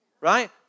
Right